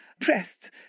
pressed